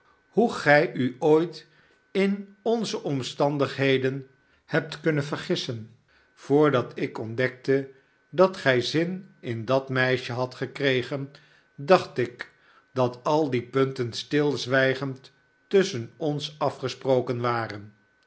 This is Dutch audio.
hoe gij u ooit in onze omstandigheden hebt kunnen vergissen voordat ik ontdekte dat gij zin in dat meisje hadt gekregen dacht ik dat al die punten stilzwijgend tusschen ons afgesproken waren